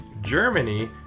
Germany